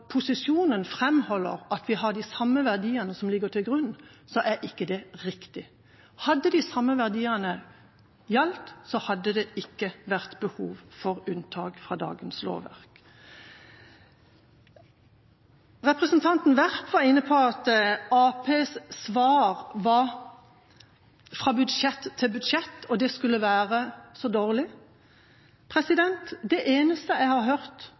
posisjonen framholder at vi har de samme verdiene som ligger til grunn, er ikke det riktig. Hadde de samme verdiene gjeldt, hadde det ikke vært behov for unntak fra dagens lovverk. Representanten Werp var inne på at Arbeiderpartiets svar var at en måtte se dette «fra budsjett til budsjett», og det skulle være så dårlig. Det eneste jeg har hørt